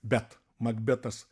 bet makbetas